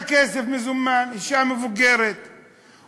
מונח זה הוסף לסעיפים שונים בהצעת החוק על מנת להבטיח